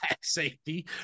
safety